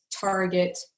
target